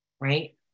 right